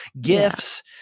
gifts